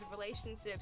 relationships